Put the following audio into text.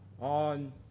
on